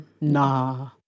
Nah